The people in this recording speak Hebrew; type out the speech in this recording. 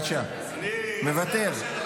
מוותר,